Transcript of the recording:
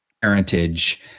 parentage